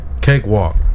Cakewalk